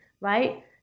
right